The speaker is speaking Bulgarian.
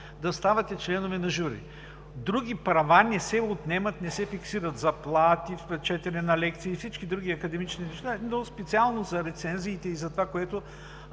да ставате членове на жури.“ Други права не се отнемат, не се фиксират – заплати, четене на лекции и всички други академични неща, но специално за рецензиите – друг начин